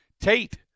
Tate